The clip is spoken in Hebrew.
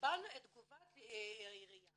קיבלנו את תגובת העיריה